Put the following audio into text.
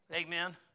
Amen